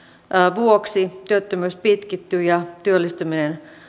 vuoksi työttömyys pitkittyy ja työllistyminen